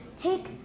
take